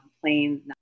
planes